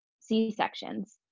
C-sections